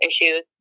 issues